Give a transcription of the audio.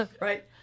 Right